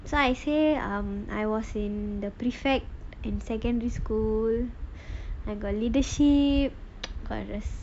so I say um I was in the prefect in secondary school I got leadership courses